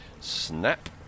Snap